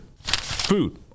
Food